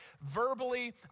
Verbally